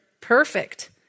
perfect